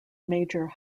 major